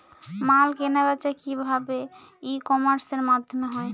মাল কেনাবেচা কি ভাবে ই কমার্সের মাধ্যমে হয়?